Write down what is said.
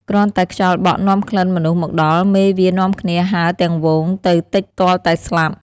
គ្រាន់តែខ្យល់បក់នាំក្លិនមនុស្សមកដល់ មេវានាំគ្នាហើរទាំងហ្វូងទៅទិចទាល់តែស្លាប់។